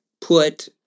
put